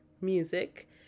music